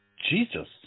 Jesus